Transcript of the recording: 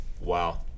Wow